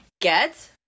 get